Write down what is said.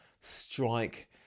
strike